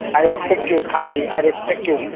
i respect your country, i respect you,